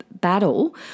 battle